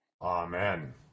Amen